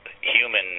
human